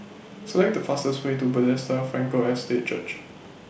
Select The fastest Way to Bethesda Frankel Estate Church